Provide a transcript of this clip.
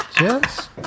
Yes